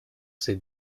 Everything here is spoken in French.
ses